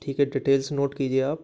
ठीक है details note कीजिए आप